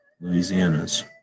Louisiana's